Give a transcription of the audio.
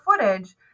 footage